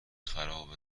خراب